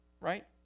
right